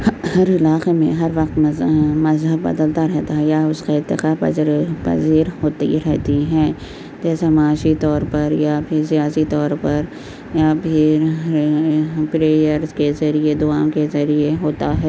ہر علاقے میں ہر وقت مذ مذہب بدلتا رہتا ہے یا اس کی ارتقاءپذیر پذیر ہوتی رہتی ہیں جیسے معاشی طور پر یا پھر سیاسی طور یا پھر پریئرس کے ذریعے دعاؤں کے ذریعے ہوتا ہے